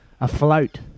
afloat